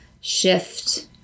shift